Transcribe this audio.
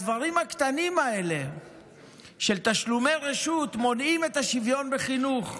הדברים הקטנים האלה של תשלומי רשות מונעים את השוויון בחינוך.